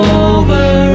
over